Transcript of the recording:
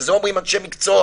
ואת זה אומרים אנשי מקצוע.